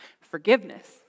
forgiveness